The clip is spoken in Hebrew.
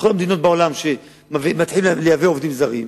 בכל המדינות בעולם שמתחילות לייבא עובדים זרים,